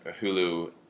hulu